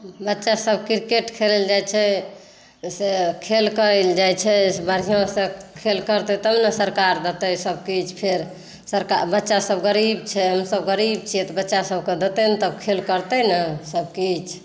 बच्चा सभ क्रिकेट खेलए लए जाइ छै से खेल करै लए जाइ छै बढ़िऑंसँ खेल करतै तब ने सरकार देतै सभकिछु फेर बच्चा सभ गरीब छै हमसभ गरीब छियै तऽ बच्चा सभकेँ देतै नहि तऽ खेल करतै ने सभ किछु